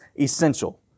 essential